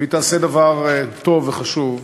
והיא תעשה דבר טוב וחשוב.